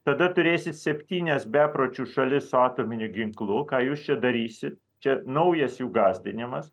tada turėsit septynias bepročių šalis su atominiu ginklu ką jūs čia darysi čia naujas jų gąsdinimas